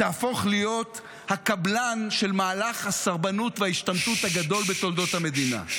תהפוך להיות הקבלן של מהלך הסרבנות וההשתמטות הגדול בתולדות המדינה.